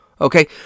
okay